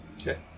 Okay